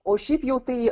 o šiaip jau tai